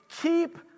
keep